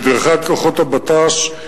תדרכה את כוחות הבט"ש,